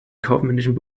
kaufmännischen